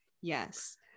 yes